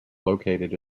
located